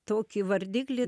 tokį vardiklį